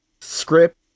script